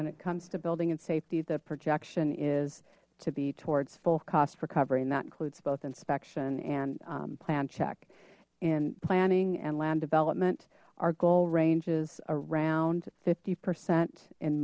when it comes to building and safety the projection is to be towards full cost recovery and that includes both inspection and plan check in planning and land development our goal ranges around fifty percent in